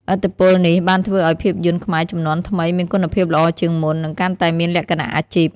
ឥទ្ធិពលនេះបានធ្វើឲ្យភាពយន្តខ្មែរជំនាន់ថ្មីមានគុណភាពល្អជាងមុន និងកាន់តែមានលក្ខណៈអាជីព។